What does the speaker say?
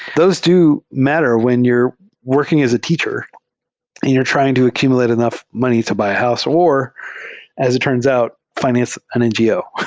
those do matter when you're working as a teacher and you're trying to accumulate enough money to buy a house, or as it turns out, finance an ngo.